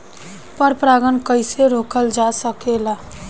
पर परागन कइसे रोकल जा सकेला?